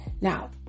Now